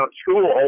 school